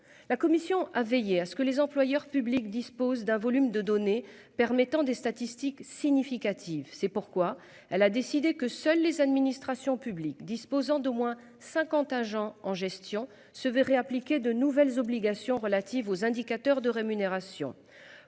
La commission a veillé à ce que les employeurs publics dispose d'un volume de données permettant des statistiques significatives. C'est pourquoi elle a décidé que seuls les administrations publiques disposant d'au moins 50 agents en gestion se verraient appliquer de nouvelles obligations relatives aux indicateurs de rémunération